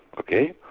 ok?